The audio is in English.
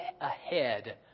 ahead